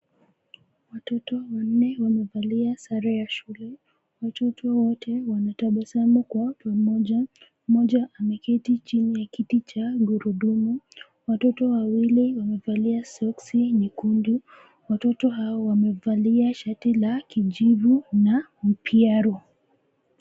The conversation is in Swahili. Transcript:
Watoto wanne wamevalia sare ya shule. Watoto wote wanatabasamu kwa pamoja. Mmoja ameketi chini ya kiti cha gurudumu. Watoto wawili wamevalia soksi nyekundu. Watoto hao wamevalia shati la kijivu na mpyaro.